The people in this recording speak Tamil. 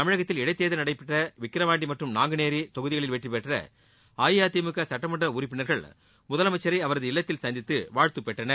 தமிழகத்தில் இடைத் தேர்தல் நடைபெற்ற விக்கிரவாண்டி மற்றும் நாங்குநேரி தொகுதிகளில் வெற்றி பெற்ற அஇஅதிமுக சுட்டமன்ற உறுப்பினர்கள் முதலமைச்சரை அவரது இல்லத்தில் சந்தித்து வாழ்த்துப் பெற்றனர்